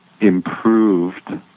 improved